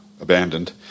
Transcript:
abandoned